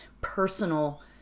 personal